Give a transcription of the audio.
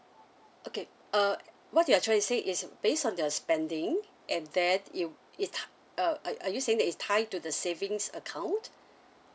okay uh what you are trying to say is based on your spending and then you it t~ uh a~ are you saying that it's tie to the savings account